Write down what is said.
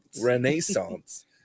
renaissance